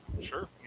Sure